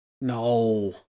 No